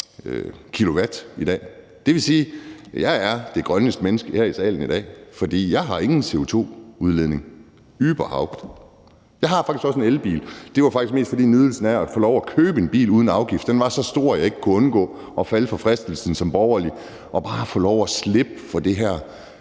80 kWh i dag. Det vil sige, at jeg er det grønneste menneske her i salen i dag, for jeg står ikke for nogen CO2-udledning, überhaupt. Jeg har også en elbil – det var faktisk mest, fordi nydelsen af at få lov at købe en bil uden afgift var så stor, at jeg ikke kunne undgå at falde for fristelsen som borgerlig og bare få lov at slippe for det her